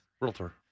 realtor